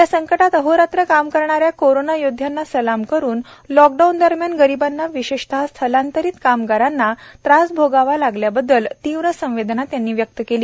या संकटात अहोरात्र काम करणाऱ्या कोरोना योद्ध्यांना सलाम करुन लॉकडाऊन दरम्यान गरीबांना विशेषतः स्थलांतरित कामगारांना त्रास भोगावा लागल्याबद्दल तीव्र संवेदना त्यांनी व्यक्त केल्या